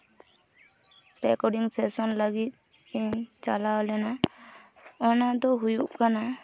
recording session ᱞᱟᱹᱜᱤᱫ ᱤᱧ ᱪᱟᱞᱟᱣ ᱞᱮᱱᱟ ᱚᱱᱟ ᱫᱚ ᱦᱩᱭᱩᱜ ᱠᱟᱱᱟ